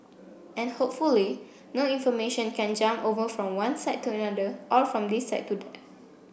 and hopefully no information can jump over from one side to another or from this side to that